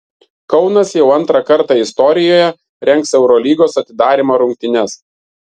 kaunas jau antrą kartą istorijoje rengs eurolygos atidarymo rungtynes